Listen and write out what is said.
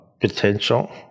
potential